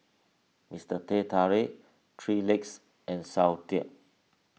Mister Teh Tarik three Legs and Soundteoh